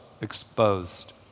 exposed